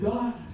God